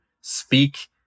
speak